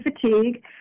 fatigue